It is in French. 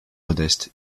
modeste